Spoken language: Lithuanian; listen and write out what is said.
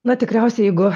na tikriausiai jeigu